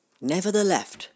Nevertheless